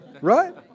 right